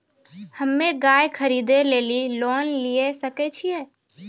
हम्मे गाय खरीदे लेली लोन लिये सकय छियै?